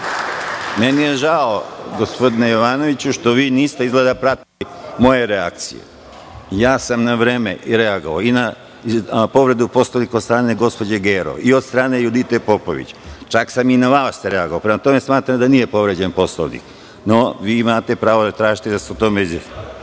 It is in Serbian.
Meni je žao, gospodine Jovanoviću, što vi niste izgleda pratili moje reakcije. Na vreme sam reagovao i na povredu Poslovnika od strane gospođe Gerov i od strane Judite Popović, čak sam i na vas reagovao. Prema tome, smatram da nije povređen Poslovnik. No, vi imate pravo da tražite i da se o tome izjasnimo.